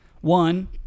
One